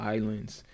Islands